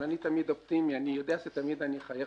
אבל אני תמיד אופטימי, אני יודע שתמיד אני אחייך